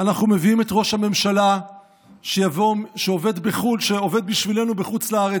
אנחנו מביאים את ראש הממשלה שעובד בשבילנו בחוץ לארץ,